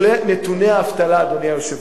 מנתוני האבטלה, אדוני היושב-ראש.